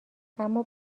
اما